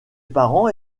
parents